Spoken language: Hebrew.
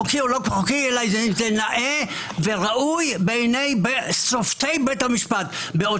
חוקי או לא חוקי נאה וראוי בעיני שופטי בית המשפט בעוד